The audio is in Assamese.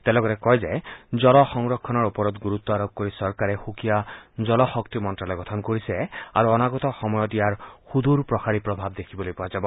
তেওঁ লগতে কয় যে জল সংৰক্ষণৰ ওপৰত গুৰুত্ব আৰোপ কৰি চৰকাৰে সুকীয়া জলশক্তি মন্তালয় গঠন কৰিছে আৰু অনাগত সময়ত ইয়াৰ সুদূৰপ্ৰসাৰী প্ৰভাৱ দেখিবলৈ পোৱা যাব